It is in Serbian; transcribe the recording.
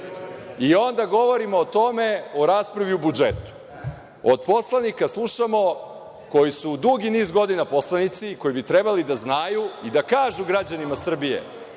Onda govorimo o tome u raspravi o budžetu. Od poslanika slušamo, koji su dugi niz godina poslanici, koji bi trebalo da znaju i da kažu građanima Srbije